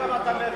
אפשר?